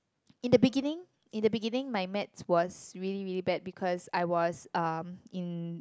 in the beginning in the beginning my maths was really really bad because I was um in